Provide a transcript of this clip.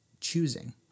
choosing